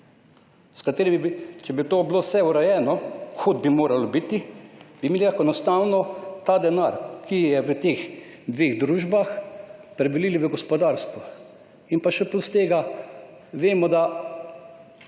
s katerimi bi, če bi to bilo vse urejeno, kot bi moralo biti, bi mi lahko(?) enostavno ta denar, ki je v teh dveh družbah, prevalili(?) na gospodarstvo. In pa še plus tega, vemo, da ni bilo